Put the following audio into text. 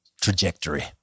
trajectory